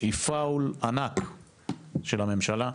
היא פאול ענק של הממשלה.